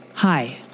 Hi